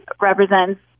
represents